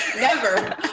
never.